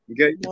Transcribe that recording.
okay